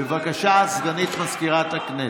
בבקשה, סגנית מזכירת הכנסת.